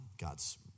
God's